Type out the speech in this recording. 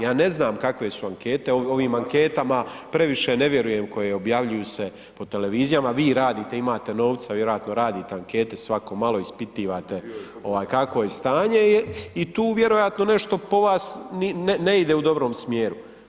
Ja ne znam kakve su ankete, ovim anketama previše ne vjerujem koje objavljuju se po televizijama, vi radite, imate novca, vjerojatno radite ankete svako malo, ispitivate kakvo je stanje i tu vjerojatno nešto po vas ne ide u dobrom smjeru.